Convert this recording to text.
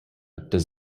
does